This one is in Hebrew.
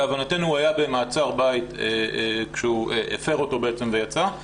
להבנתנו הוא היה במעצר בית אותו הוא הפר ויצא.